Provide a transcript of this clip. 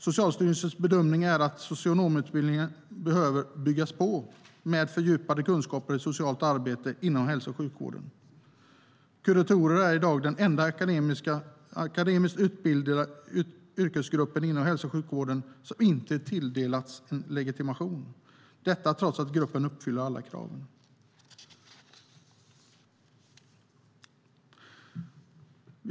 Socialstyrelsens bedömning är att socionomutbildningen behöver byggas på med fördjupade kunskaper i socialt arbete inom hälso och sjukvården. Kuratorer är i dag den enda akademiskt utbildade yrkesgruppen inom hälso och sjukvården som inte tilldelats legitimation trots att gruppen uppfyller alla krav.